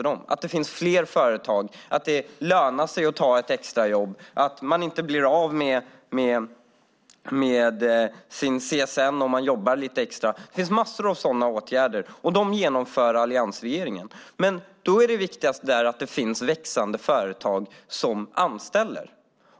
Det måste bli fler företag, det ska löna sig att ta ett extrajobb och man ska inte riskera att bli av med sitt studiestöd om man jobbar lite extra. Det finns många sådana åtgärder, och dem genomför alliansregeringen. Det viktigaste är att det finns växande företag som anställer.